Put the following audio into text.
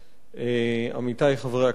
עמיתי חברי הכנסת,